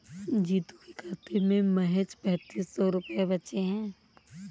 जीतू के खाते में महज पैंतीस सौ रुपए बचे हैं